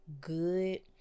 good